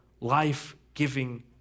life-giving